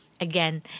Again